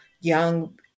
young